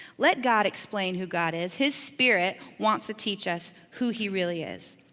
let god explain who god is. his spirit wants to teach us who he really is.